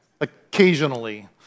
occasionally